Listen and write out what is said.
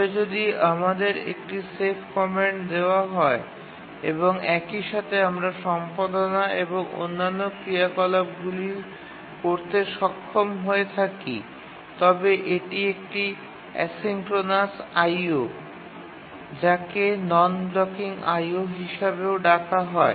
তবে যদি আমাদের একটি সেভ কমান্ড দেওয়া হয় এবং একই সাথে আমরা সম্পাদনা এবং অন্যান্য ক্রিয়াকলাপগুলি করতে সক্ষম হয়ে থাকি তবে এটি একটি অ্যাসিঙ্ক্রোনাস IO যাকে নন ব্লকিং IO হিসাবেও ডাকা হয়